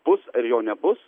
bus ar jo nebus